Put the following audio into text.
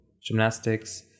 gymnastics